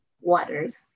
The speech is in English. waters